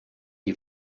die